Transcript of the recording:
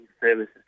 services